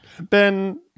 Ben